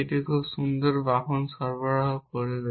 একটি খুব সুন্দর বাহন সরবরাহ করবে